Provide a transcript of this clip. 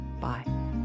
bye